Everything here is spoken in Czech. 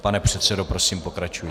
Pane předsedo, prosím, pokračujte.